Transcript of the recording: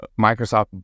Microsoft